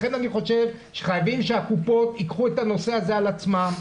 לכן אני חושב שחייבים שהקופות ייקחו את הנושא הזה על עצמן,